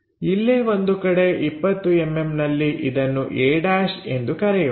ಇಲ್ಲೇ ಒಂದು ಕಡೆ 20mm ನಲ್ಲಿ ಇದನ್ನು a' ಎಂದು ಕರೆಯೋಣ